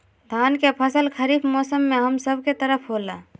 धान के फसल खरीफ मौसम में हम सब के तरफ होला